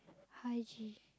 Haji